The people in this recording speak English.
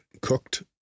cooked